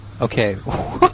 Okay